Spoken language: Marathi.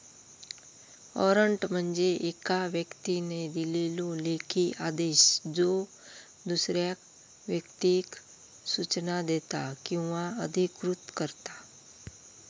वॉरंट म्हणजे येका व्यक्तीन दिलेलो लेखी आदेश ज्यो दुसऱ्या व्यक्तीक सूचना देता किंवा अधिकृत करता